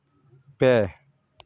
ᱯᱮ